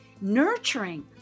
nurturing